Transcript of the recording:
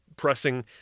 pressing